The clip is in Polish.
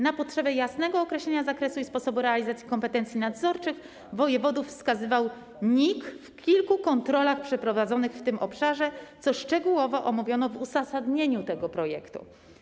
Na potrzebę jasnego określenia zakresu i sposobu realizacji kompetencji nadzorczych wojewodów wskazywał NIK w trakcie kilku kontroli przeprowadzonych w tym obszarze, co szczegółowo omówiono w uzasadnieniu tego projektu.